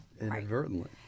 Inadvertently